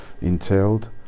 entailed